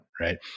right